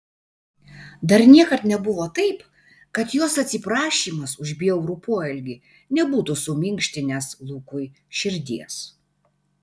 dar niekad nebuvo taip kad jos atsiprašymas už bjaurų poelgį nebūtų suminkštinęs lukui širdies